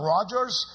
Rogers